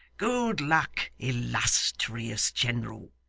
good luck, illustrious general